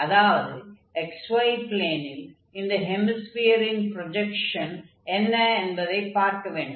அதாவது xy ப்ளேனில் இந்த ஹெமிஸ்பியரின் ப்ரொஜக்ஷன் என்ன என்பதைப் பார்க்க வேண்டும்